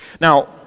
Now